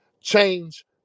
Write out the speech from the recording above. change